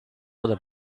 oder